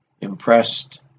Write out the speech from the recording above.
impressed